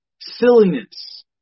silliness